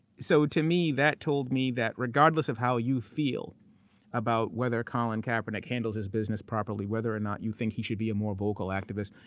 so, to me, that told me that regardless of how you feel about whether colin kaepernick handles his business properly, whether or not you think he should be a more vocal activist,